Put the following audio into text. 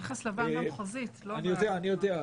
רכס לבן במחוזית, לא --- אני יודע.